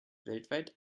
weltweit